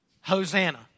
Hosanna